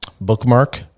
bookmark